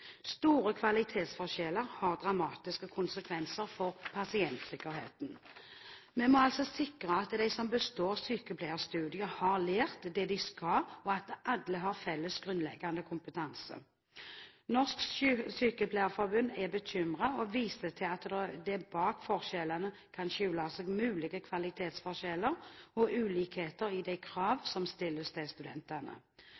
Store kvalitetsforskjeller har dramatiske konsekvenser for pasientsikkerheten. Vi må altså sikre at de som består sykepleierstudiet, har lært det de skal, og at alle har felles, grunnleggende kompetanse. Norsk Sykepleierforbund er bekymret og viser til at det bak forskjellene kan skjule seg mulige kvalitetsforskjeller og ulikheter i de